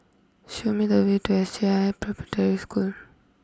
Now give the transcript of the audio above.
show me the way to S J I Preparatory School